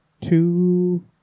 two